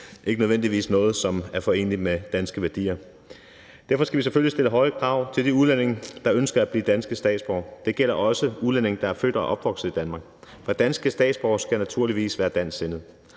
ikke nødvendigvis noget, som er foreneligt med danske værdier. Derfor skal vi selvfølgelig stille høje krav til de udlændinge, der ønsker at blive danske statsborgere. Det gælder også udlændinge, der er født og opvokset i Danmark. For danske statsborgere skal naturligvis være dansksindede.